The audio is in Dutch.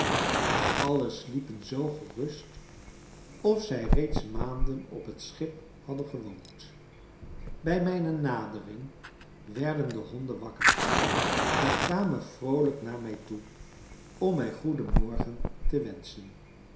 en allen sliepen zoo gerust of zij reeds maanden op het schip hadden gewoond bij mijne nadering werden de honden wakker en kwamen vroolijk naar mij toe om mij goeden morgen te wenschen